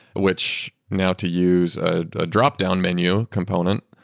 which now to use a drop-down menu component,